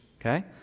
okay